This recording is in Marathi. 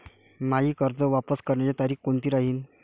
मायी कर्ज वापस करण्याची तारखी कोनती राहीन?